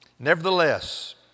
Nevertheless